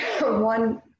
one